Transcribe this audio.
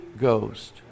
Ghost